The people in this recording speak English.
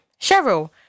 Cheryl